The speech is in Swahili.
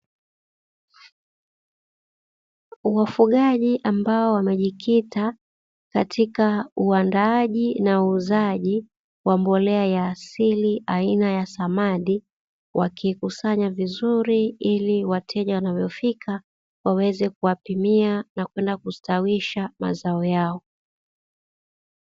Wafugaji ambao wamejikita katika uandaaji na uuzaji wa mbolea ya asili aina ya samadi, wakikusanya vizuri ili wateja wanavyofika waweze kuwapimia na kwenda kustawisha mazao yao.